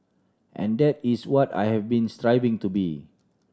and that is what I have been striving to be